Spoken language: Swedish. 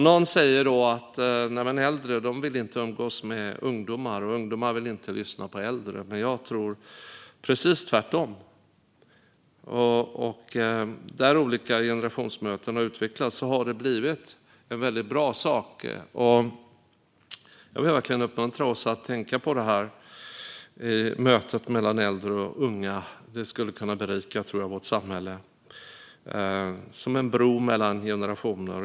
Någon kan säga: Nej men äldre vill inte umgås med ungdomar, och ungdomar vill inte lyssna på äldre. Men jag tror att det är precis tvärtom. Där olika generationsmöten har utvecklats har det blivit väldigt bra. Jag vill verkligen uppmuntra oss att tänka på mötet mellan äldre och unga. Jag tror att det skulle kunna berika samhället och vara som en bro mellan generationer.